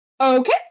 Okay